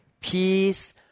peace